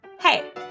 Hey